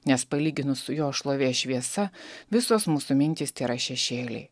nes palyginus su jo šlovės šviesa visos mūsų mintys tėra šešėliai